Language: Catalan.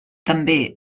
també